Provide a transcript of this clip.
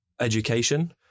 education